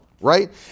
right